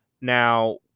Now